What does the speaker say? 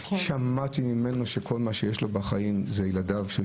שמעתי ממנו שכל מה שיש לו בחיים זה ילדיו.